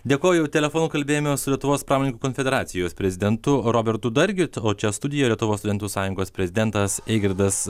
dėkoju telefonu kalbėjome su lietuvos pramoninkų konfederacijos prezidentu robertu dargiu o čia studijoje lietuvos studentų sąjungos prezidentas eigardas